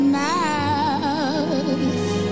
mouth